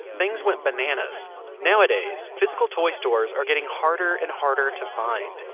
things went bananas nowadays, physical toy stores are getting harder and harder to find.